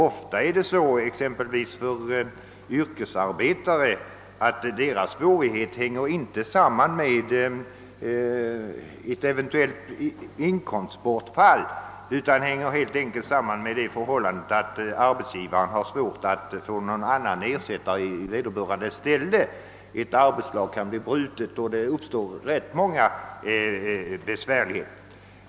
Ofta är det så t.ex. för yrkesarbetare, att deras svårigheter inte hänger samman med frågan om ett eventuellt inkomstbortfall utan helt enkelt beror på det förhållandet, att arbetsgivaren har svårt att få någon ersättare för vederbörande; ett arbetslag kan brytas, och det uppstår många besvärligheter.